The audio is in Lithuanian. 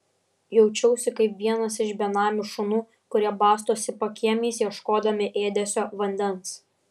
jaučiausi kaip vienas iš benamių šunų kurie bastosi pakiemiais ieškodami ėdesio vandens